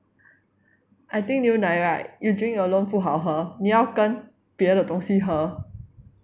I think 牛奶 right you drink alone 不好喝你要跟别的东西喝